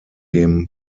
dem